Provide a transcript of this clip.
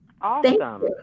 Awesome